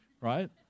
right